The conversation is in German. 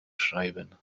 schreiben